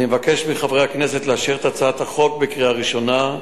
אני מבקש מחברי הכנסת לאשר את הצעת החוק בקריאה ראשונה,